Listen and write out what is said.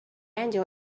angel